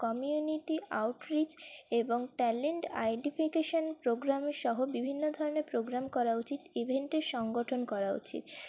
community outreach এবং talent identification program সহ বিভিন্ন ধরনের প্রোগ্রাম করা উচিত ইভেন্টের সংগঠন করা উচিত